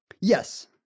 Yes